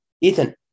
Ethan